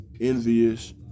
envious